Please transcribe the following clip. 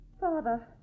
Father